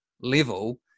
level